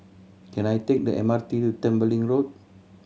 can I take the M R T to Tembeling Road